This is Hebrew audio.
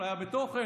אפליה בתוכן.